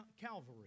Calvary